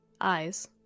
eyes